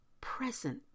present